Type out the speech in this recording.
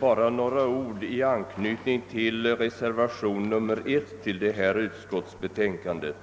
Bara några ord i anslutning till reservationen I vid förevarande utlåtande.